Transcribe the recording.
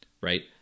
right